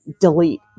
delete